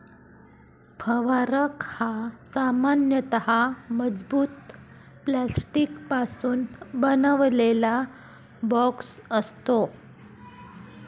फवारक हा सामान्यतः मजबूत प्लास्टिकपासून बनवलेला बॉक्स असतो